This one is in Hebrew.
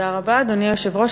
אדוני היושב-ראש,